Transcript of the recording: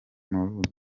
muri